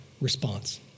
response